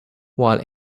while